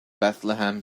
bethlehem